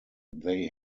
they